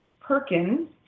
Perkins